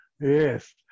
Yes